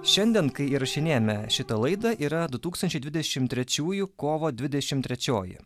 šiandien kai įrašinėjame šitą laidą yra du tūkstančiai dvidešim trečiųjų kovo dvidešim trečioji